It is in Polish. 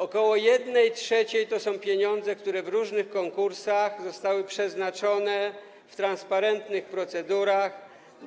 Około 1/3 to są pieniądze, które w różnych konkursach zostały przeznaczone w transparentnych procedurach